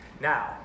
now